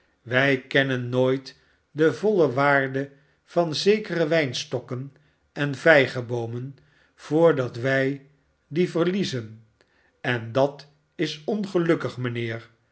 wij kennen nooit de voile waarde van zekere wijnstokken en vijgeboomen voordat wij die verliezen en dat is ongelukkig mijnheer